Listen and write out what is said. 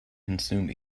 consume